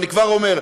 אני כבר אומר,